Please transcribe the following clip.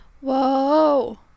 Whoa